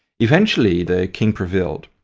eventually, the king prevailed.